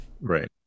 Right